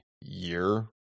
year